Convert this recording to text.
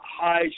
high